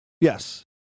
Yes